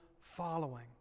following